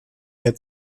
der